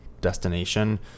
destination